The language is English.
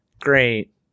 Great